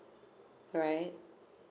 right